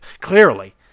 Clearly